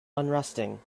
unresting